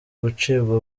gucibwa